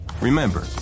Remember